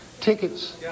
tickets